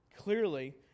Clearly